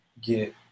Get